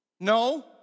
No